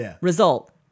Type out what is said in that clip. Result